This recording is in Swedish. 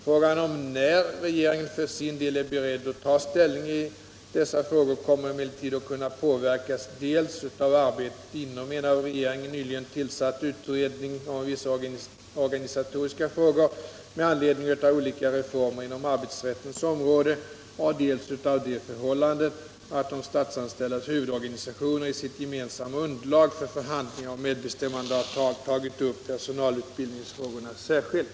Frågan om när regeringen för sin del är beredd att ta ställning i dessa frågor kommer emellertid att kunna påverkas dels av arbetet inom en av regeringen nyligen tillsatt utredning om vissa organisatoriska frågor med anledning av olika reformer inom arbetsrättens område, dels av det förhållandet att de statsanställdas huvudorganisationer i sitt gemensamma underlag för förhandlingar om medbestämmandeavtal tagit upp personalutbildningsfrågorna särskilt.